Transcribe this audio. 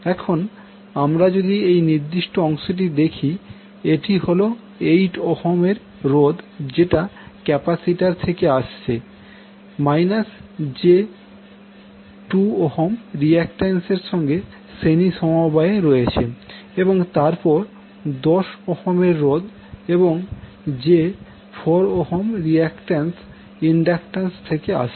এখন আমরা যদি এই নির্দিষ্ট অংশটি দেখি এটি হল 8 এর রোধ যেটা ক্যাপাসিটর থেকে আসছে j2 রিয়াক্ট্যান্স এর সঙ্গে শ্রেণী সমবায়ে রয়েছে এবং তারপর 10 এর রোধ এবং j4 রিয়াক্ট্যান্স ইন্ডাকট্যান্স থেকে আসছে